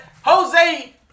Jose